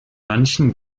manchen